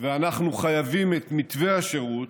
ואנחנו חייבים את מתווה השירות,